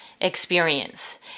experience